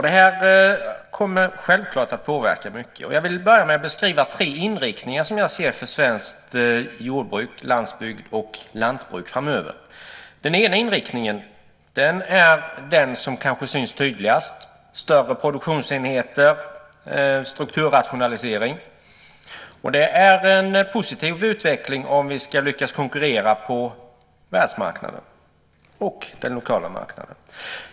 Det kommer självklart att påverka mycket. Jag vill börja med att beskriva tre inriktningar som jag ser för svenskt jordbruk, svensk landsbygd och svenskt lantbruk framöver. Den första inriktningen är den som kanske syns tydligast. Det är större produktionsenheter och strukturrationalisering. Det är en positiv utveckling om vi ska lyckas konkurrera på världsmarknaden och den lokala marknaden.